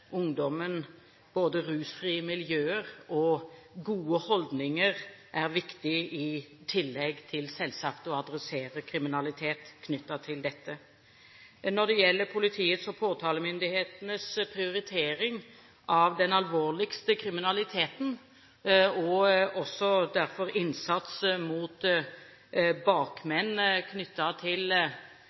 ungdommen både rusfrie miljøer og gode holdninger er viktig, i tillegg til selvsagt å adressere kriminalitet knyttet til dette. Når det gjelder politiets og påtalemyndighetenes prioritering av den alvorligste kriminaliteten, og derfor også innsats mot bakmenn knyttet til